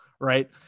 Right